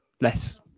less